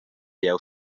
jeu